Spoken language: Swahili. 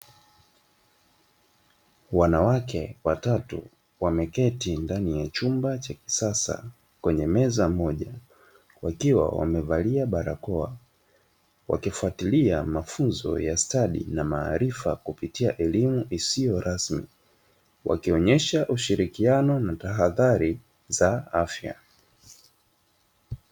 Wanawake watatu wameketi ndani ya chumba cha kisasa, kwenye meza moja wakiwa wamevalia barakoa wakifuatilia mafunzo ya stadi na maarifa kupitia elimu isiyo rasmi wakionyesha ushirikiano na tahadhari za afya.